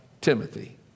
Timothy